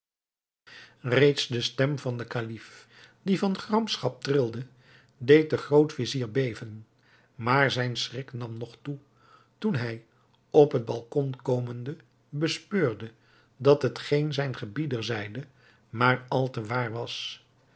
reeds de stem van den kalif die van gramschap trilde deed den groot-vizier beven maar zijn schrik nam nog toe toen hij op het balkon komende bespeurde dat hetgeen zijn gebieder zeide maar al te waar was